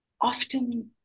often